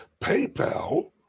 PayPal